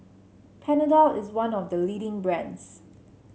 Panadol is one of the leading brands